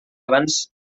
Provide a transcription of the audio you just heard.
abans